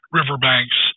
riverbanks